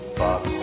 box